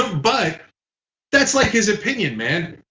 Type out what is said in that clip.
ah but that's like his opinion, man.